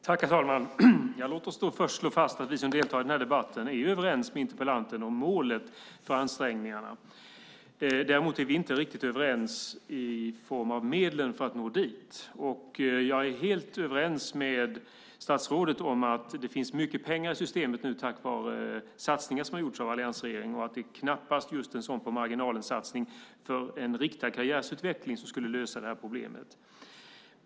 Herr talman! Låt oss först slå fast att vi som deltar i debatten är överens med interpellanten om målet för ansträngningarna. Däremot är vi inte riktigt överens när det gäller medlen för att nå dit. Jag är enig med statsrådet om att det finns mycket pengar i systemet tack vare de satsningar som har gjorts av alliansregeringen och att det knappast är en på-marginalen-satsning på en riktad karriärsutveckling som skulle lösa problemet.